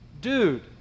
dude